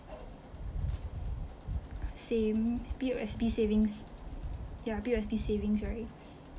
same P_O_S_B savings ya P_O_S_B savings right